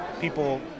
people